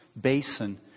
basin